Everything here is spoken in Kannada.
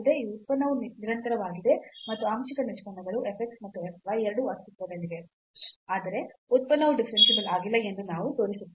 ಈ ಉತ್ಪನ್ನವು ನಿರಂತರವಾಗಿದೆ ಮತ್ತು ಆಂಶಿಕ ನಿಷ್ಪನ್ನಗಳು f x ಮತ್ತು f y ಎರಡೂ ಅಸ್ತಿತ್ವದಲ್ಲಿವೆ ಆದರೆ ಉತ್ಪನ್ನವು ಡಿಫರೆನ್ಸಿಬಲ್ ಆಗಿಲ್ಲ ಎಂದು ನಾವು ತೋರಿಸುತ್ತೇವೆ